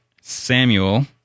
Samuel